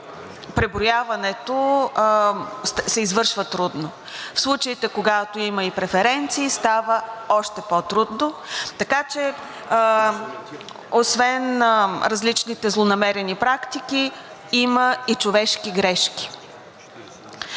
преброяването се извършва трудно. В случаите, когато има и преференции, става още по-трудно. Така че, освен различните злонамерени практики, има и човешки грешки.